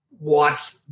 watch